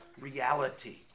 reality